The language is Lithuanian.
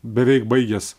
beveik baigęs